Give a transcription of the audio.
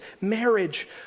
marriage